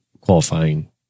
qualifying